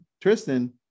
Tristan